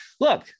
look